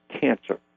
cancer